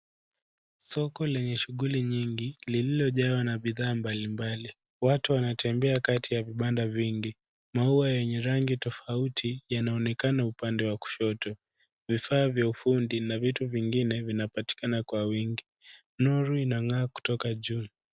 Soko lenye shuguli nyingi lililojawa na bidhaa mbalimbali, watu wanatembea kati ya vibanda vingi, maua yenye rangi tofauti yanaonekana upande wa kushoto, vifaa vya ufundi na vitu vingine vinapatikana kwa wingi. Nuru inang'aa kutoka juu.